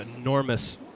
enormous